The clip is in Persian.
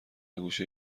گوشه